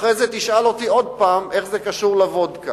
אחר כך תשאל אותי עוד פעם איך זה קשור לוודקה.